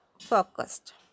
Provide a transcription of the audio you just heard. focused